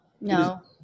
no